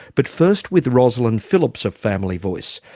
but first with roslyn phillips of family voice,